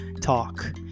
talk